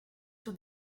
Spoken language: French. sur